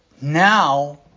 now